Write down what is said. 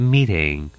Meeting